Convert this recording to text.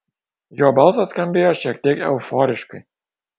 jo balsas skambėjo šiek tiek euforiškai